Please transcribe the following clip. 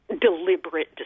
deliberate